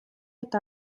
eta